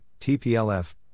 TPLF